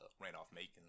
Randolph-Macon